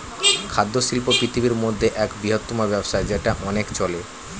খাদ্য শিল্প পৃথিবীর মধ্যে এক বৃহত্তম ব্যবসা যেটা অনেক চলে